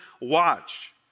watch